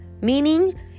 Meaning